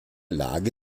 lage